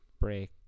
break